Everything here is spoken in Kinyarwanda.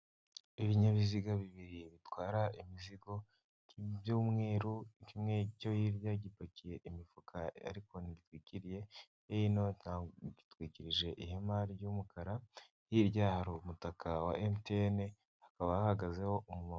Inyabiziga bibiri bitwara imizigo by'umweru kimwe cyo hirya gipakiye imifuka ariko ntigitwikiriye, hino gitwikirije ihema ry'umukara hiryaha hari umutaka wa emutiyene hakaba hahagazeho umuntu .